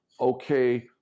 okay